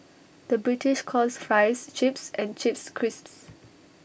the British calls Fries Chips and Chips Crisps